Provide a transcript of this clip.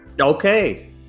Okay